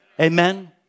Amen